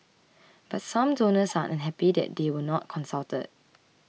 but some donors are unhappy that they were not consulted